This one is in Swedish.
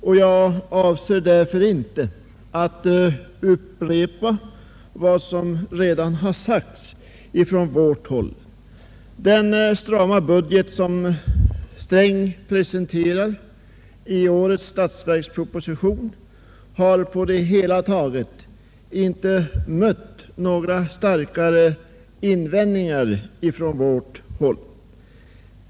Jag avser därför inte att upprepa vad som redan har sagts. Den strama budget som herr Sträng presenterar i årets statsverksproposition har på det hela taget inte mött några starkare invändningar från vårt håll.